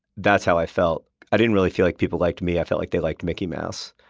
that's how i felt. i didn't really feel like people liked me i felt like they liked mickey mouse.